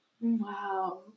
Wow